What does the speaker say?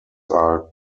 are